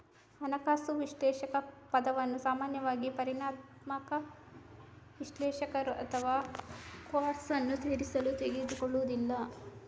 ಹಣಕಾಸು ವಿಶ್ಲೇಷಕ ಪದವನ್ನು ಸಾಮಾನ್ಯವಾಗಿ ಪರಿಮಾಣಾತ್ಮಕ ವಿಶ್ಲೇಷಕರು ಅಥವಾ ಕ್ವಾಂಟ್ಸ್ ಅನ್ನು ಸೇರಿಸಲು ತೆಗೆದುಕೊಳ್ಳುವುದಿಲ್ಲ